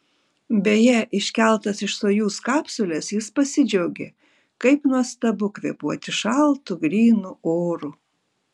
beje iškeltas iš sojuz kapsulės jis pasidžiaugė kaip nuostabu kvėpuoti šaltu grynu oru